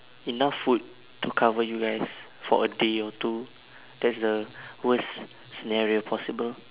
enough food to cover you guys for a day or two that's the worst scenario possible